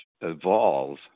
evolve